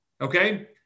okay